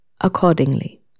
accordingly